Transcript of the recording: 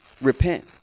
repent